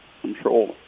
control